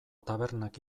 tabernak